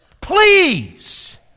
please